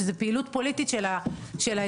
שזה פעילות פוליטית של האזרחים.